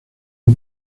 del